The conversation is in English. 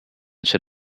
should